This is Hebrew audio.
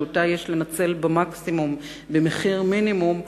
שאותה יש לנצל עד המקסימום במחיר מינימום,